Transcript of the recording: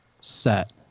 set